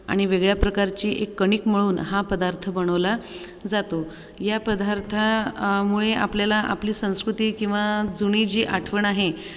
आणि वेगळ्या प्रकारची एक कणिक मळून हा पदार्थ बनवला जातो या पदार्थामुळे आपल्याला आपली संस्कृती किंवा जुनी जी आठवण आहे